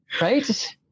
right